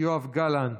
יואב גלנט,